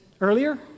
earlier